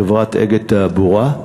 חברת "אגד תעבורה",